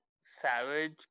savage